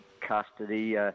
custody